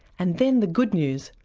and then the good news,